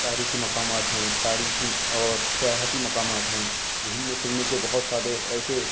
تاریخی مقامات ہیں تاریخی اور سیاحتی مقامات ہیں گھومنے پھرنے کے بہت سارے ایسے